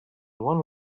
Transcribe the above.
one